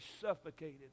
suffocated